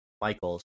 michael's